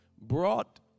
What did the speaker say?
brought